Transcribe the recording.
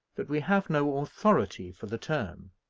that we have no authority for the term.